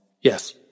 yes